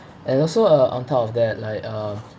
and also uh on top of that like uh